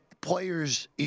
players